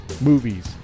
movies